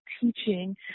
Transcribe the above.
teaching